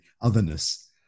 otherness